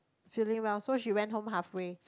feeling well so she went home halfway